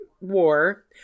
war